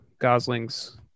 gosling's